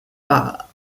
par